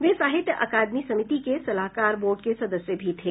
वे साहित्य अकादमी समिति के सलाहकार बोर्ड के सदस्य भी थे